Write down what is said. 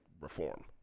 reform